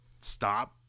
stop